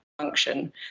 function